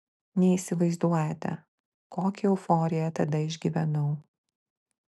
neįsivaizduojate kokią euforiją tada išgyvenau